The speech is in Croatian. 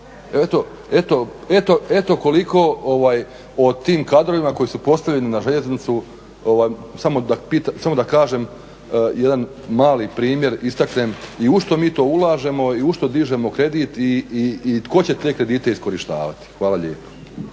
eto koliko o tim kadrovima koji su postavljeni na željeznicu, samo da kažem jedan mali primjer istaknem i u što mi to ulažemo i u što dižemo kredit i tko će te kredite iskorištavati? Hvala lijepo.